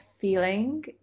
feeling